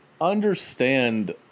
understand